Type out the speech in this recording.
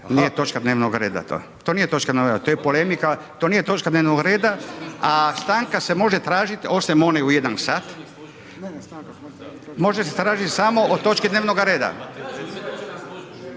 nije točka dnevnog reda to, to nije točka…/Govornik se ne razumije/…to je polemika, to nije točka dnevnog reda, a stanka se može tražit, osim one u jedan sat, može se tražiti samo o točki dnevnoga reda.